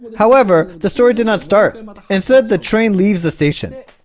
however the story did not start and but and said the train leaves the station